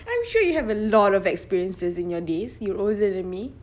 I'm sure you have a lot of experiences in your days you're older than me